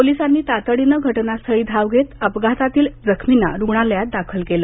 पोलिसांनी तातडीनं घटनास्थळी धाव घेत अपघातील जखमींना रुग्णालयात दाखल केलं